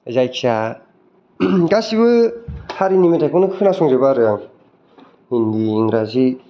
जायखिया गासिबो हारिनि मेथाइखौनो खोनासंजोबो आरो आं हिन्दि इंराजि